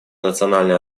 национальная